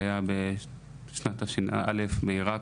שהיה בשנת תש"א בעירק,